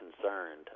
concerned